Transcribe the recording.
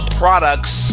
products